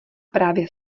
právě